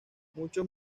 muchos